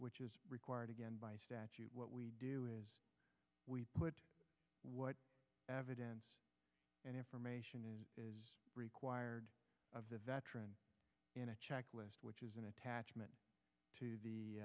which is required again by statute what we do is we put what evidence and information it is required of the veteran in a checklist which is an attachment to